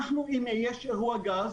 אם יש אירוע גז,